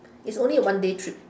it's only a one day trip